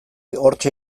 hortxe